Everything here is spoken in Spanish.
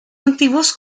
antiguos